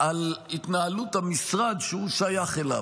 על התנהלות המשרד שהוא שייך אליו.